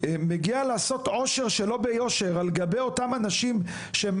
ומגיע לעשות עושר שלא ביושר על גבי אותם אנשים שהם